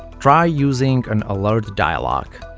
try using an alertdialog.